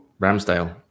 Ramsdale